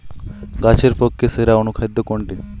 গাছের পক্ষে সেরা অনুখাদ্য কোনটি?